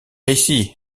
ici